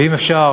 ואם אפשר,